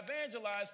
evangelize